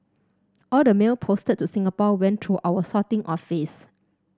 all the mail posted to Singapore went through our sorting office